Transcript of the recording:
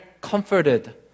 comforted